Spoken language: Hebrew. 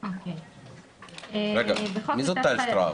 טל,